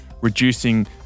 reducing